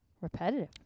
repetitive